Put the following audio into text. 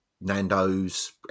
Nando's